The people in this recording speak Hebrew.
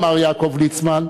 אמר יעקב ליצמן,